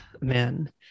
man